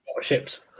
Ships